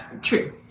True